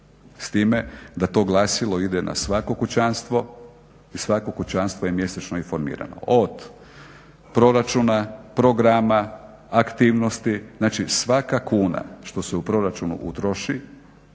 S time da to glasilo ide na svako kućanstvo i svako kućanstvo je mjesečno informirano, od proračuna, programa, aktivnosti, znači svaka kuna što se u proračunu utroši,